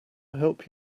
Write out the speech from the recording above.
help